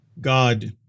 God